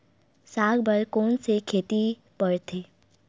साग बर कोन से खेती परथे?